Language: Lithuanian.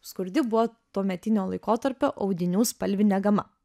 skurdi buvo tuometinio laikotarpio audinių spalvinė gama